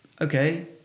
okay